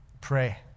pray